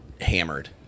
Hammered